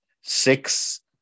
six